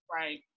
Right